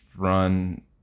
run